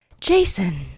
Jason